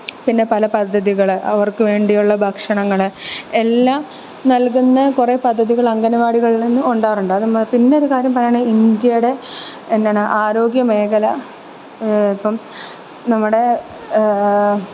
പിന്നെ പല പദ്ധതികൾ അവര്ക്ക് വേണ്ടിയുള്ള ഭക്ഷണങ്ങൾ എല്ലാം നല്കുന്ന കുറേ പദ്ധതികൾ അംഗനവാടികളില് നിന്ന് ഉണ്ടാവാറുണ്ട് അതൊന്ന് പിന്നൊരു കാര്യം പറയുകയാണെങ്കിൽ ഇന്ത്യയുടെ എന്നാണ് ആരോഗ്യമേഖല ഇപ്പം നമ്മുടെ